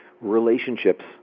Relationships